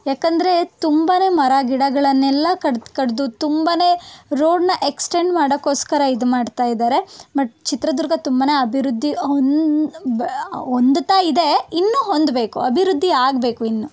ಯಾಕಂದರೆ ತುಂಬಾ ಮರ ಗಿಡಗಳನ್ನೆಲ್ಲ ಕಡ್ದು ಕಡಿದು ತುಂಬಾ ರೋಡನ್ನ ಎಕ್ಸ್ಟೆಂಡ್ ಮಾಡೋಕ್ಕೋಸ್ಕರ ಇದು ಮಾಡ್ತಾ ಇದ್ದಾರೆ ಬಟ್ ಚಿತ್ರದುರ್ಗ ತುಂಬಾ ಅಭಿವೃದ್ಧಿ ಹೊಂದ್ ಹೊಂದತಾ ಇದೆ ಇನ್ನೂ ಹೊಂದಬೇಕು ಅಭಿವೃದ್ಧಿ ಆಗಬೇಕು ಇನ್ನೂ